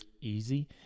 easy